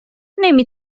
نمی